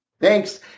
Thanks